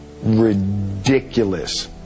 ridiculous